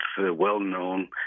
well-known